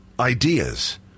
ideas